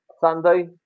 Sunday